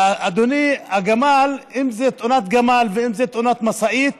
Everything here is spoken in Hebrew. אדוני, אם זה תאונת גמל ואם זה תאונת משאית